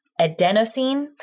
adenosine